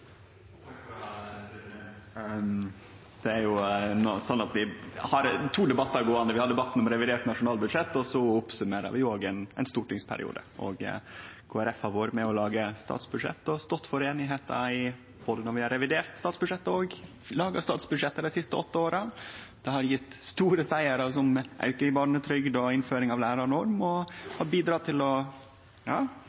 stortingsperiode. Kristeleg Folkeparti har vore med på å lage statsbudsjett og stått for einigheita når vi har både revidert statsbudsjettet og laga statsbudsjettet dei siste åtte åra. Det har gjeve store sigrar, som auke i barnetrygd og innføring av lærarnorm, og